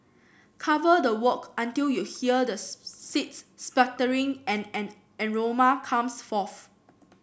cover the wok until you hear the seeds spluttering and an aroma comes forth